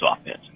offense